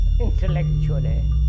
intellectually